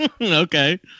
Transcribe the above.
Okay